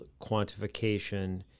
quantification